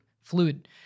fluid